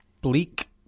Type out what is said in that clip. bleak